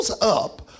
up